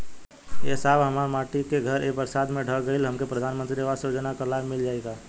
ए साहब हमार माटी क घर ए बरसात मे ढह गईल हमके प्रधानमंत्री आवास योजना क लाभ मिल जाई का?